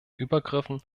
übergriffen